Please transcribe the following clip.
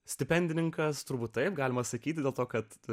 stipendininkas turbūt taip galima sakyti dėl to kad